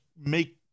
make